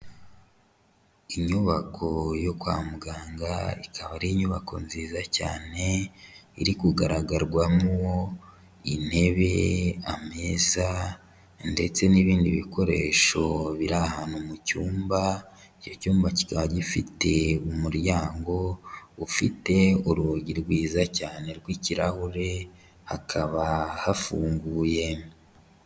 Inyubako yo kwa muganga ikaba ari inyubako nziza cyane iri kugaragarwamo intebe, ameza ndetse n'ibindi bikoresho biri ahantu mu cyumba, icyo cyumba kikaba gifite umuryango ufite urugi rwiza cyane rw'ikirahure hakaba hafunguye.